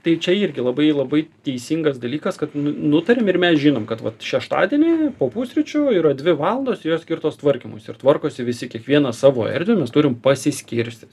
tai čia irgi labai labai teisingas dalykas kad nu nutarėm ir mes žinom kad vat šeštadienį po pusryčių yra dvi valandos jos skirtos tvarkymui ir tvarkosi visi kiekvienas savo erdvę mes turim pasiskirstę